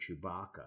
Chewbacca